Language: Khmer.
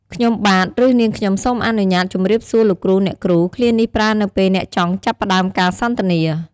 ខ្ញុំបាទ ឬ នាងខ្ញុំសូមអនុញ្ញាតជម្រាបសួរលោកគ្រូ អ្នកគ្រូ!" ឃ្លានេះប្រើនៅពេលអ្នកចង់ចាប់ផ្ដើមការសន្ទនា។